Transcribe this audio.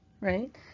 right